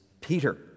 Peter